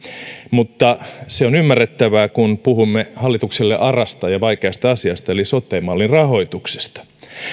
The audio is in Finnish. mutta se on ymmärrettävää kun puhumme hallitukselle arasta ja vaikeasta asiasta eli sote mallin rahoituksesta